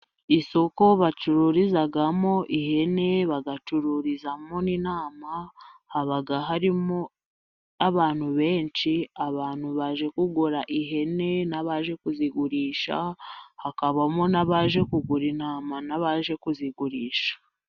Isoko bacururizamo ihene, bagacururizamo n'intama, haba harimo abantu benshi, abantu baje kugura ihene n'abaje kuzigurisha, hakabamo n'abaje kugura intama n'abaje kuzigurisha.